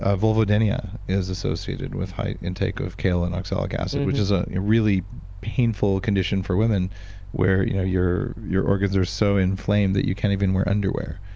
ah vulva denia is associated with high intake of kale and oxalic acid, which is a really painful condition for women where you know your your organs are so inflamed that you can't even wear underwear.